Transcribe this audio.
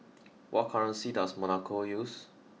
what currency does Monaco use